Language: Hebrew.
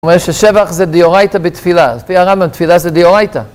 הוא אומר ששבח זה דאורייתא בתפילה, לפי הרמב"ם תפילה זה דאורייתא.